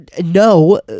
No